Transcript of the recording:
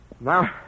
Now